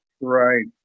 Right